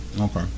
Okay